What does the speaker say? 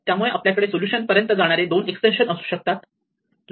त्यामुळे आपल्याकडे सोलुशन पर्यंत जाणारे दोन एक्सटेन्शन असू शकतात